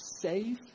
safe